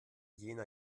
jena